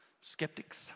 skeptics